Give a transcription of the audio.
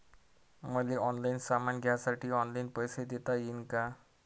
मले ऑनलाईन सामान घ्यासाठी ऑनलाईन पैसे देता येईन का?